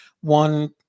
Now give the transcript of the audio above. One